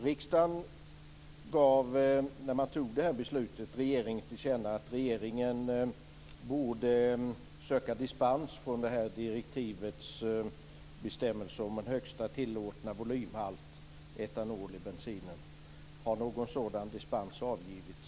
Riksdagen gav, när man fattade det beslutet, regeringen till känna att regeringen bör söka dispens från direktivets bestämmelse om en högsta tillåten volymhalt etanol i bensinen. Har någon sådan dispens avgivits?